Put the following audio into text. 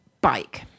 bike